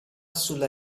sulla